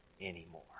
anymore